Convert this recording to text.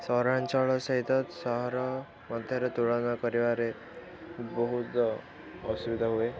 ସହରାଞ୍ଚଳ ସହିତ ସହର ମଧ୍ୟରେ ତୁଳନା କରିବାରେ ବହୁତ ଅସୁବିଧା ହୁଏ